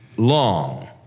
Long